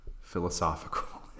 philosophical